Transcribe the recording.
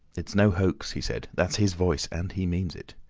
it's no hoax, he said. that's his voice! and he means it.